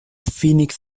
phoenix